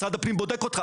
ומשרד הפנים בודק אותך.